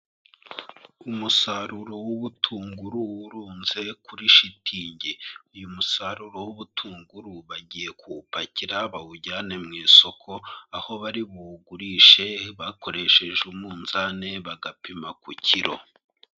Umusaruro w'ubutunguru urunze kuri shitingi, uyu musaruro w'ubutunguru bagiye kuwupakira bawujyane mu isoko, aho bari buwugurishe bakoresheje umunzane bagapima ku kiro.